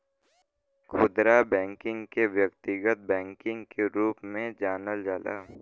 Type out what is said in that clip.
खुदरा बैकिंग के व्यक्तिगत बैकिंग के रूप में जानल जाला